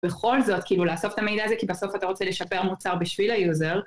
בכל זאת, כאילו, לאסוף את המידע הזה, כי בסוף אתה רוצה לשפר מוצר בשביל היוזר.